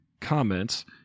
comments